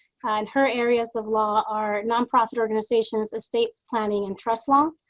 and her areas of law are nonprofit organizations, estate planning, and trust laws.